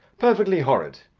perfectly horrid!